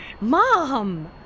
Mom